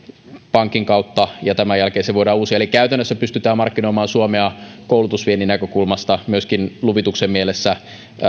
pankin kautta ja tämän jälkeen se voidaan uusia eli käytännössä pystytään markkinoimaan suomea koulutusviennin näkökulmasta myöskin luvituksen mielessä